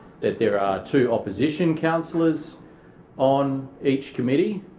that there are two opposition councillors on each committee.